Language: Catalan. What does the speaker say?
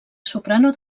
soprano